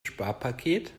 sparpaket